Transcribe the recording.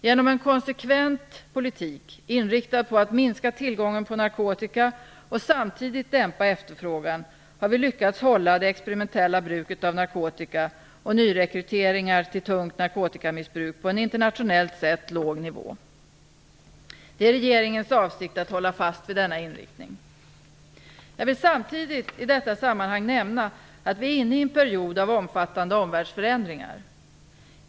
Genom en konsekvent politik inriktad på att minska tillgången på narkotika och samtidigt dämpa efterfrågan har vi lyckats hålla det experimentella bruket av narkotika och nyrekryteringar till tungt narkotikamissbruk på en internationellt sett låg nivå. Det är regeringens avsikt att hålla fast vid denna inriktning. Jag vill samtidigt i detta sammanhang nämna att vi är inne i en period av omfattande omvärldsförändringar.